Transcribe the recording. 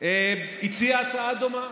הציע הצעה דומה.